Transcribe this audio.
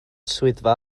swyddfa